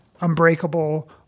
Unbreakable